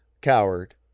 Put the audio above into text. coward